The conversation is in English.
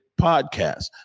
podcast